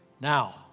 Now